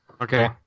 Okay